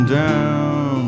down